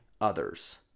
others